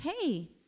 hey